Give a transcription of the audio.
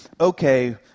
Okay